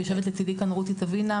יושבת לצדי רותי תוינה,